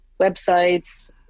websites